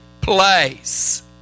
place